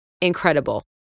Incredible